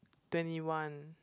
twenty one